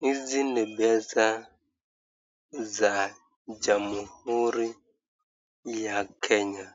Hizi ni pesa za jamhuri ya kenya,